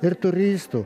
ir turistų